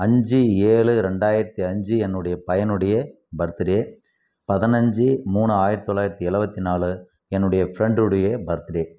அஞ்சு ஏழு ரெண்டாயிரத்து அஞ்சு என்னுடைய பையனுடைய பர்த்து டே பதினஞ்சு மூணு ஆயிரத்து தொள்ளாயிரத்தி எழுவத்தி நாலு என்னுடைய ஃப்ரெண்டுடைய பர்த்து டே